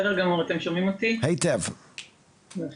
המון